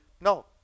no